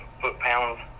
foot-pounds